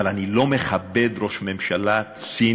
אבל אני לא מכבד ראש ממשלה ציני,